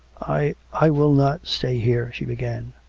i. i will not stay here she began.